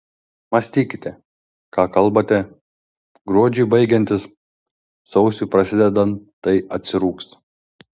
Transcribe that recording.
mąstykite ką kalbate gruodžiui baigiantis sausiui prasidedant tai atsirūgs